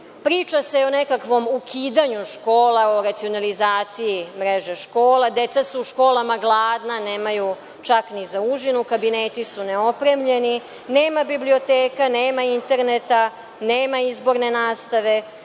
Priča se o nekakvom ukidanju škola, o racionalizaciji mreže škola. Deca su u školama gladna, nemaju čak ni za užinu. Kabineti su neopremljeni, nema biblioteka, nema interneta, nema izborne nastave.